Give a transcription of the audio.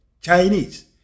Chinese